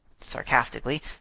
sarcastically